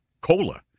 cola